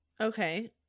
Okay